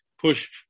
push